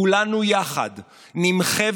כולנו יחד נמחה,